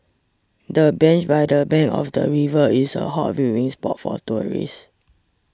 the bench by the bank of the river is a hot viewing spot for tourists